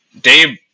Dave